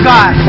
God